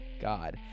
god